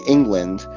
England